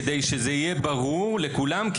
כדי שזה יהיה ברור לכולם,